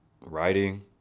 writing